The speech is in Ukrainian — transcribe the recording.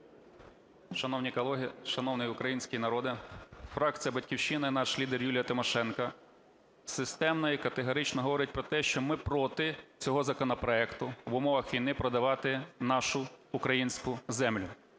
Шановні колеги, шановний український народе! Фракція "Батьківщина" і наш лідер Юлія Тимошенко системно і категорично говорить про те, що ми проти цього законопроекту – в умовах війни продавати нашу українську землю.